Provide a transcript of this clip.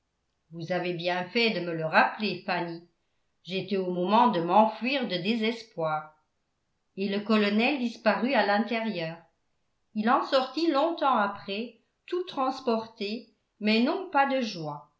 vous avez bien fait de me le rappeler fanny j'étais au moment de m'enfuir de désespoir et le colonel disparut à l'intérieur il en sortit longtemps après tout transporté mais non pas de joie